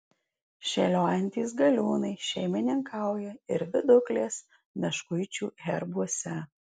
šėliojantys galiūnai šeimininkauja ir viduklės meškuičių herbuose